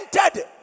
entered